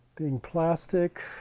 being plastic.